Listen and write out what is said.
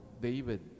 David